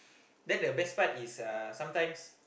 then the best part is uh sometimes